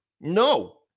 No